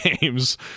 games